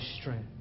strength